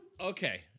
Okay